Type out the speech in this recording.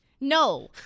no